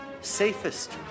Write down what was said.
safest